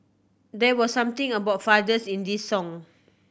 there was something about fathers in this song